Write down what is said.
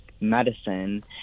medicine